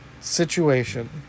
situation